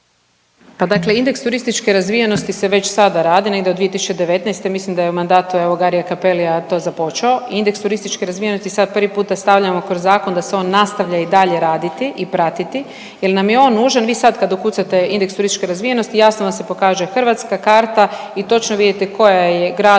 Dakle indeks turističke razvijenosti se već sada radi negdje od 2019., mislim da je mandatu evo Garija Capellija to započeo. Indeks turističke razvijenosti sad prvi puta stavljamo kroz zakon da se on nastavlja i dalje raditi i pratiti. Jer nam je on nužan, vi sad kad ukucate indeks turističke razvijenosti jasno vam se pokaže Hrvatska karta i točno vidite koja je grad,